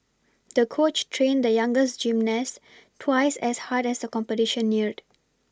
the coach trained the young gymnast twice as hard as the competition neared